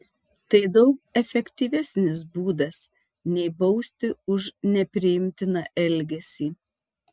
tai daug efektyvesnis būdas nei bausti už nepriimtiną elgesį